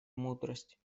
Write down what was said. мудрость